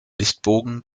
lichtbogen